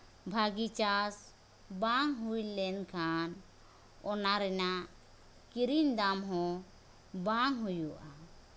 ᱵᱷᱟᱹᱜᱤ ᱪᱟᱥ ᱵᱟᱝ ᱦᱩᱭ ᱞᱮᱱᱠᱷᱟᱱ ᱚᱱᱟ ᱨᱮᱱᱟᱜ ᱠᱤᱨᱤᱧ ᱫᱟᱢ ᱦᱚᱸ ᱵᱟᱝ ᱦᱩᱭᱩᱜᱼᱟ